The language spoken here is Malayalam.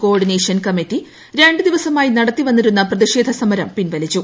കോ ഓർഡിനേഷൻ കമ്മിറ്റി രണ്ട് ദിവസമായി നടത്തി വന്നിരുന്ന പ്രതിഷേധ സമരം പിൻവലിച്ചു